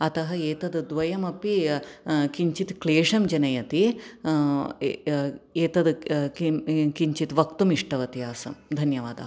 अतः एतद् द्वयमपि किञ्चित् क्लेषं जनयति एतद् किं किञ्चित् वक्तुम् इष्टवती आसं धन्यवादाः